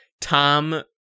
Tom